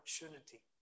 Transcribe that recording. opportunity